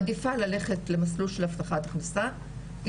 מעדיפה ללכת למסלול של הבטחת הכנסה - היא